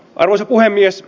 arvoisa puhemies